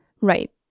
Right